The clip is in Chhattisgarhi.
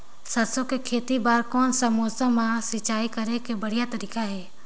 सरसो के खेती बार कोन सा समय मां सिंचाई करे के बढ़िया तारीक हे?